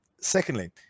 secondly